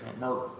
murder